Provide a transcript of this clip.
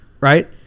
Right